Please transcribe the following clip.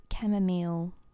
chamomile